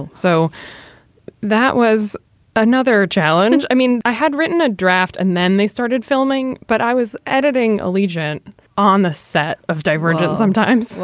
and so that was another challenge. i mean, i had written a draft and then they started filming, but i was editing allegiant on the set of divergent sometimes.